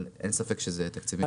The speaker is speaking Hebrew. אבל אין ספק שאלה תקציבים חשובים.